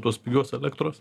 tos pigios elektros